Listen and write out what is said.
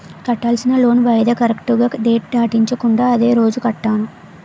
కట్టాల్సిన లోన్ వాయిదా కరెక్టుగా డేట్ దాటించకుండా అదే రోజు కట్టాను